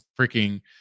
freaking